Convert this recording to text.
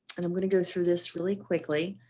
and i'm going to go through this really quickly.